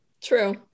True